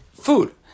food